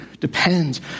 depends